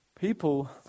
people